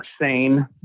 sane